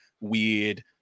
weird